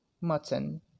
mutton